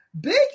Big